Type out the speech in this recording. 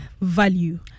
value